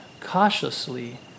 cautiously